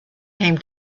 came